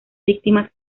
víctimas